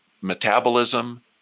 metabolism